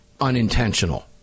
unintentional